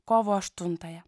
kovo aštuntąją